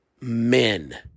men